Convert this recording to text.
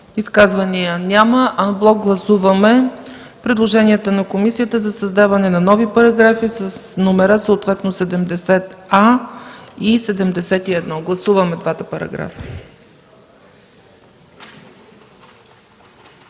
Изказвания? Няма. Анблок гласуваме предложенията на комисията за създаване на нови параграфи с номера съответно § 70а и 71. Гласуваме двата параграфа.